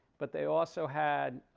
but they also had